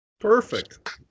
Perfect